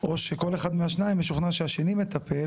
או שכל אחד מהשניים משוכנע שהשני מטפל